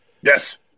Yes